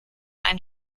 einen